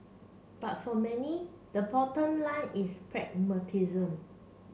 but for many the bottom line is pragmatism